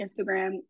Instagram